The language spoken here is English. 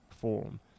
form